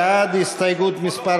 בעד הסתייגות מס'